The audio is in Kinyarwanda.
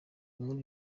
inkuru